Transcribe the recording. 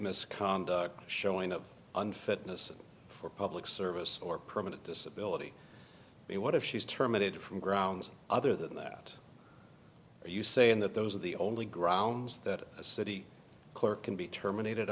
misconduct showing up unfit for public service or permanent disability but what if she's terminated from other than that are you saying that those are the only grounds that city clerk can be terminated